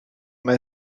mae